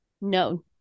No